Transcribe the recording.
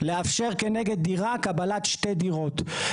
לאפשר כנגד דירה, קבלת שתי דירות.